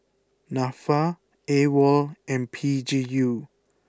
Nafa Awol and P G U